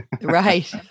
Right